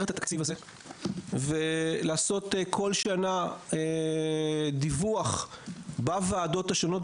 התקציב הזה ונעשה בכל שנה דיווח בוועדות השונות,